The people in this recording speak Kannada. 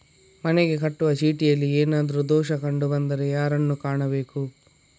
ಮನೆಗೆ ಕಟ್ಟುವ ಚೀಟಿಯಲ್ಲಿ ಏನಾದ್ರು ದೋಷ ಕಂಡು ಬಂದರೆ ಯಾರನ್ನು ಕಾಣಬೇಕು?